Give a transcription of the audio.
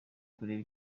kureba